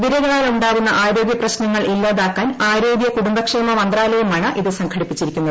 വിരകളാലുണ്ടാകുന്ന ആരോഗ്യപ്രശ്നങ്ങൾ ഇല്ലാത്താക്കാൻ ആരോഗ്യ കുടുംബക്ഷേമ മന്ത്രാലയമാണ് ഇത് സംഘടിപ്പിച്ചിരിക്കുന്നത്